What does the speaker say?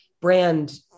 brand